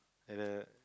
like the